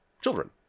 children